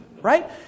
Right